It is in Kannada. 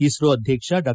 ಇಸ್ತೋ ಅಧ್ಯಕ್ಷ ಡಾ